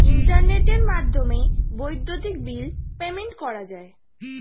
ইন্টারনেটের মাধ্যমে বৈদ্যুতিক বিল পেমেন্ট করা যায়